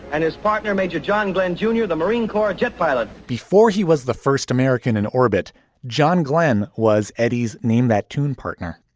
and his partner, major john glenn junior, the marine corps jet pilot, before he was the first american in orbit john glenn was eddie's name, that tune partner.